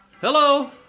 Hello